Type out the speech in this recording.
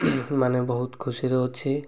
ମାନେ ବହୁତ ଖୁସିରେ ଅଛି